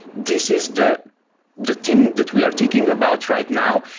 this is the the thing that we are thinking about right now,